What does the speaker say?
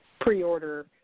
pre-order